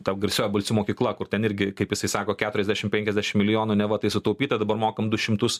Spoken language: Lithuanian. ta garsioji balsių mokykla kur ten irgi kaip jisai sako keturiasdešimt penkiasdešimt milijonų neva tai sutaupyta dabar mokam du šimtus